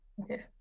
Okay